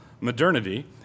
modernity